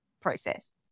process